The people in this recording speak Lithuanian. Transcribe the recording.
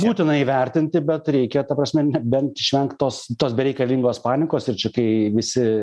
būtina įvertinti bet reikia ta prasme nebent išvengt tos tos bereikalingos panikos ir čia kai visi